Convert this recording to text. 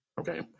okay